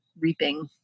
reaping